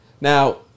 Now